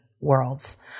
worlds